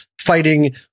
fighting